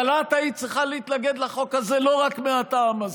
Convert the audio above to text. אבל את היית צריכה להתנגד לחוק הזה לא רק מהטעם הזה,